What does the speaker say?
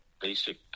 basic